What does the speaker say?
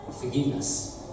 forgiveness